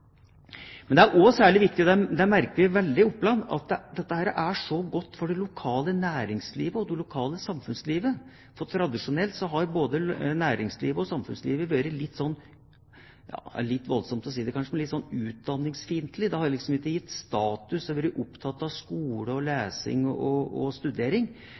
merker veldig sterkt i Oppland at dette er også godt for det lokale næringslivet og det lokale samfunnslivet, for tradisjonelt har både næringslivet og samfunnslivet vært – det er litt voldsomt å si det, kanskje – litt utdanningsfiendtlig. Det har liksom ikke gitt status å være opptatt av skole og lesing og studering. Men nettopp ved at også næringsliv og